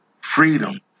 Freedom